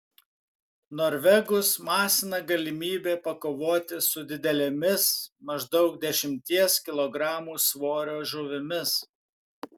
norvegus masina galimybė pakovoti su didelėmis maždaug dešimties kilogramų svorio žuvimis